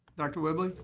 dr. whibley.